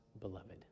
beloved